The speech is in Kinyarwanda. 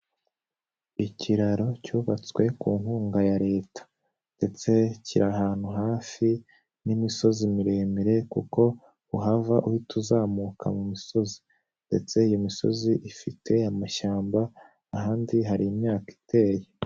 Ikiraro cyubatswe ku nkunga ya leta ndetse kiri ahantu hafi n'imisozi miremire kuko uhava uhita uzamuka mu misozi ndetse iyi misozi ifite amashyamba, ahandi hari imyaka iteye.